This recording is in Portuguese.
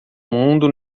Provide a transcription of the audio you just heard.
mundo